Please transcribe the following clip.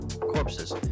corpses